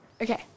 Okay